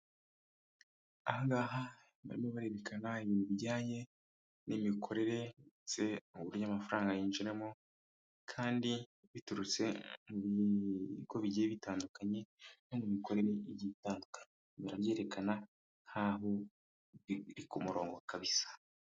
Aha ngaha barimo barerekana ibijyanye n'imikorere, ndetse n'uburyo amafaranga yinjiramo, kandi biturutse mu bigo bigiye bitandukanye, no mu mikorere igiye itandukanye, barabyerekana nkaho biri ku murongo kabisa.